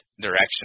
direction